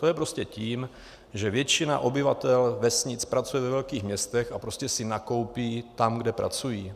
To je prostě tím, že většina obyvatel vesnic pracuje ve velkých městech a prostě si nakoupí tam, kde pracují.